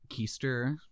Keister